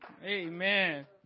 Amen